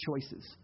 choices